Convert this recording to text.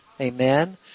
Amen